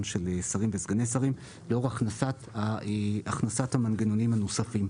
של שרים וסגני שרים" לאור הכנסת המנגנונים הנוספים.